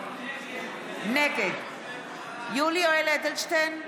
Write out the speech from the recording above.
נגד יולי יואל אדלשטיין,